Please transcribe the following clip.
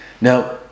Now